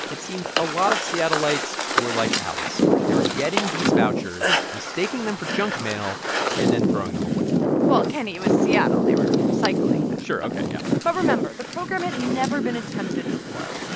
it seemed a lot of seattleites were like alice. they were getting these vouchers, mistaking them for junk mail and then throwing them away well, kenny, it was seattle. they were recycling them sure. ok, yeah but remember, the program had never been attempted before.